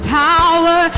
power